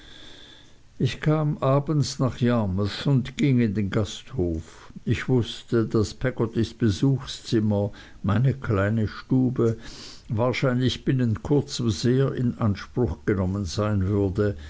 ich kam abends nach yarmouth und ging in den gasthof ich wußte daß peggottys besuchzimmer meine kleine stube wahrscheinlich binnen kurzem sehr in anspruch genommen sein würde